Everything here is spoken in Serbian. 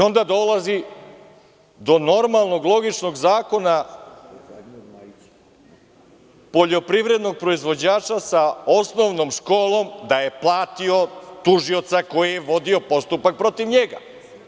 Onda dolazi do normalnog, logičnog zakona poljoprivrednog proizvođača sa osnovnom školom, da je platio tužioca koji je vodio postupak protiv njega.